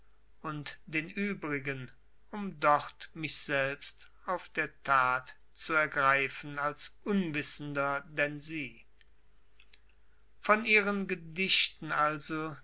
und den übrigen um dort mich selbst auf der tat zu ergreifen als unwissender denn sie von ihren gedichten also